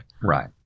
Right